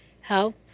help